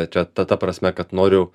čia ta ta prasme kad noriu